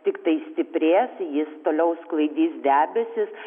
tiktai stiprės jis toliau sklaidys debesis